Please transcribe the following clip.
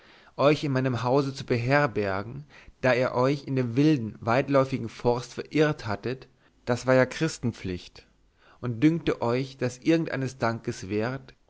euch in meinem hause zu beherbergen da ihr euch in dem wilden weitläufigen forst verirrt hattet das war ja christenpflicht und dünkte euch das irgend eines dankes wert